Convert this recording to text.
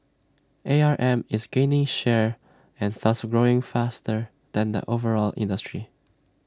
A R M is gaining share and thus grows faster than the overall industry